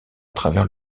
travers